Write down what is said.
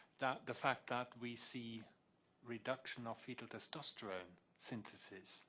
that the fact that we see reduction of fetal testosterone synthesis